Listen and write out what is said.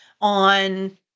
on